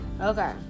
Okay